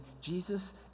Jesus